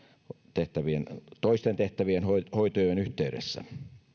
toisten tehtävien hoidon yhteydessä